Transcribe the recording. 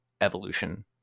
evolution